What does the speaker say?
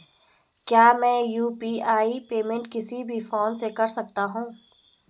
क्या मैं UPI payment किसी भी फोन से कर सकता हूँ?